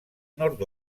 nord